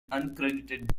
uncredited